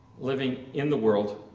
living in the world,